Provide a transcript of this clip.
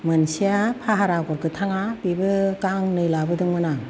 मोनसेया फाहार आगर गोथांआ बेबो गांनै लाबोदोंंमोन आं